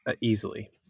easily